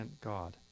God